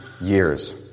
years